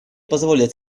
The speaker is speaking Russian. позволят